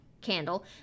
candle